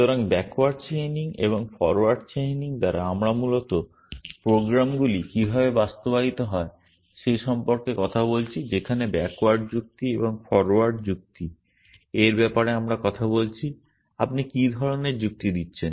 সুতরাং backward chaining এবং forward chaining দ্বারা আমরা মূলত প্রোগ্রামগুলি কীভাবে বাস্তবায়িত হয় সে সম্পর্কে কথা বলছি যেখানে ব্যাকওয়ার্ড যুক্তি এবং ফরোয়ার্ড যুক্তি এর ব্যাপারে আমরা কথা বলছি আপনি কী ধরণের যুক্তি দিচ্ছেন